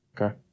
Okay